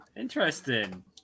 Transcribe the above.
Interesting